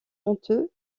honteux